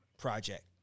project